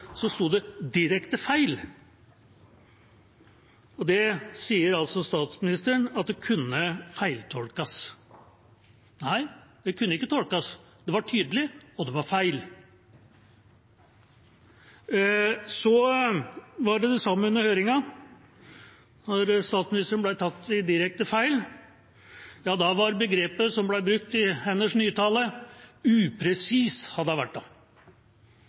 kunne feiltolkes. Nei, det kunne ikke tolkes. Det var tydelig, og det var feil. Det var det samme under høringen, da statsministeren ble tatt i direkte feil. Da var begrepet som ble brukt i hennes nytale, «upresis» – upresis hadde hun vært da, upresis om direkte feil. Når statsministeren sier, og innrømmer, at det